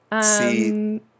See